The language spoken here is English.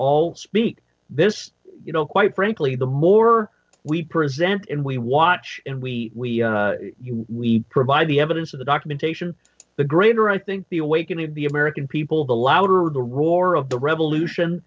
all speak this you know quite frankly the more we present and we watch and we we provide the evidence of the documentation the greater i think the awakening of the american people the louder the roar of the revolution